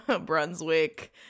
brunswick